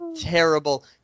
terrible